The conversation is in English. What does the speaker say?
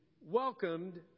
welcomed